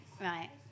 Right